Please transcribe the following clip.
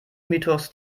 mythos